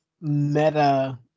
meta